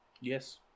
Yes